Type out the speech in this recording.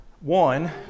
one